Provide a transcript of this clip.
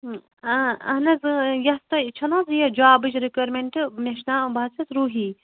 آ اَہن حظ اۭں اۭں یَتھ تۄہہِ چھ نا حظ یہِ جابٕچ رِکوٚیرمیٚنٹ مےٚ چھِ ناو بہٕ حظ چھَس روٗحی